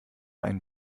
einen